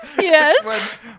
Yes